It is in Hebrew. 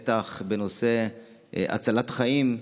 בטח בנושא הצלת חיים,